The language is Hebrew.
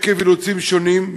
עקב אילוצים שונים,